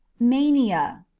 mania.